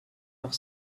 noch